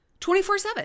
24-7